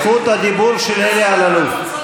זכות הדיבור של אלאלוף.